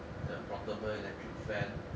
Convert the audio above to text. the portable electric fan